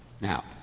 Now